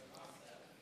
לרשותך,